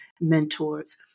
mentors